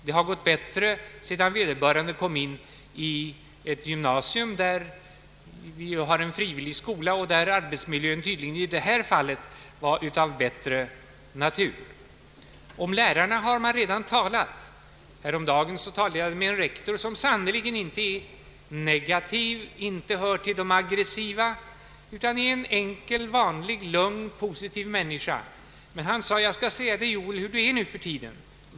Det har gått bättre sedan vederbörande kom in i ett gymnasium, vilket ju är en frivillig skola, där arbetsmiljön i detta fall tydligen var av bättre natur. Om lärarna har man redan talat. Häromdagen talade jag med en rektor, som sannerligen inte är negativ, inte hör till de aggressiva, utan är en enkel, vanlig, lugn, positiv människa. Men han sade: ”Jag skall säga dig hur det är nuförtiden.